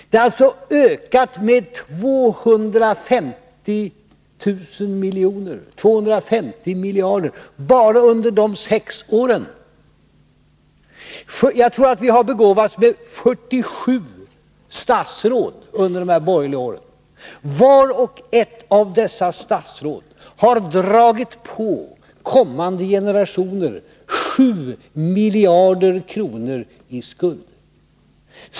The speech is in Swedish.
Den har alltså ökat med 250 000 miljoner, 250 miljarder, bara under dessa sex år. Jag tror att vi har begåvats med 47 statsråd under de här borgerliga åren. Vart och ett av dessa statsråd har dragit på kommande generationer 7 miljarder i skuld.